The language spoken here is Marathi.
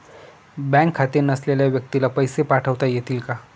बँक खाते नसलेल्या व्यक्तीला पैसे पाठवता येतील का?